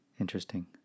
Interesting